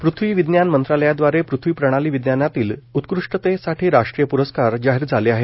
पृथ्वी विज्ञान मंत्रालयाद्वारे पृथ्वी प्रणाली विज्ञानातील उत्कृष्टतेसाठी राष्ट्रीय पुरस्कार जाहीर झाले आहेत